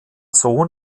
sohn